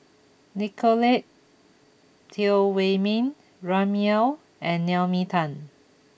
Nicolette Teo Wei min Remy Ong and Naomi Tan